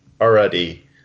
already